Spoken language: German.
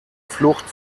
flucht